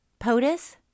Potus